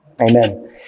Amen